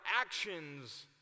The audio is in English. actions